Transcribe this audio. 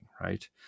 right